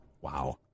Wow